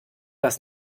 das